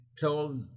told